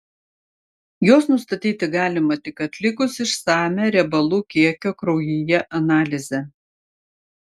juos nustatyti galima tik atlikus išsamią riebalų kiekio kraujyje analizę